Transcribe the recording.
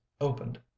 opened